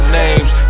names